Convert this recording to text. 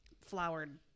flowered